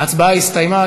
ההצבעה הסתיימה.